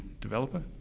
developer